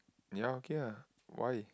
ya okay ah why